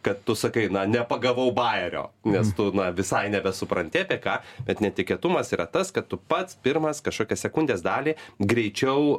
kad tu sakai na nepagavau bajerio nes tu na visai nebesupranti apie ką bet netikėtumas yra tas kad tu pats pirmas kažkokią sekundės dalį greičiau